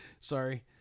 Sorry